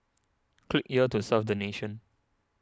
click here to serve the nation